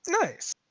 Nice